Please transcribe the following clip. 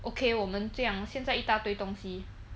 okay 我们这样现在一大堆东西